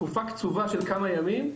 לתקופה קצובה של כמה ימים,